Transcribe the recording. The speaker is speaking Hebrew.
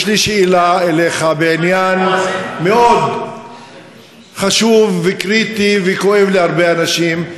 יש לי שאלה אליך בעניין חשוב וקריטי מאוד וכואב להרבה אנשים,